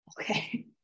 Okay